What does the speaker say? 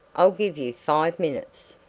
i'll give you five minutes.